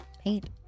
paint